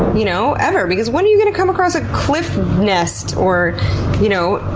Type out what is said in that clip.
you know? ever! because when are you going to come across a cliff nest, or you know,